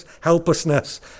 helplessness